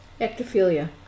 Ectophilia